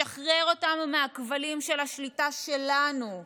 לשחרר אותנו מהכבלים של השליטה שלנו,